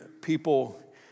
people